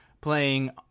playing